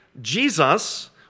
Jesus